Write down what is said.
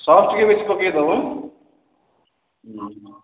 sauce ଟିକେ ବେଶି ପକାଇ ଦବ